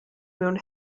mewn